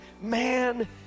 man